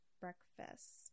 breakfast